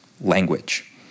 language